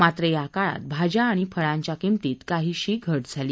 मात्र या काळात भाज्या आणि फळांच्या किंमतीत काहीशी घट झाली